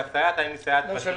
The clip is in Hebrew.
הסייעת, האם היא סייעת ותיקה